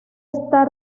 esta